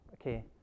Okay